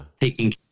Taking